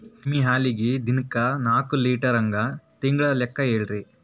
ಎಮ್ಮಿ ಹಾಲಿಗಿ ದಿನಕ್ಕ ನಾಕ ಲೀಟರ್ ಹಂಗ ತಿಂಗಳ ಲೆಕ್ಕ ಹೇಳ್ರಿ?